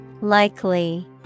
Likely